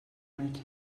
make